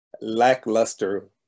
lackluster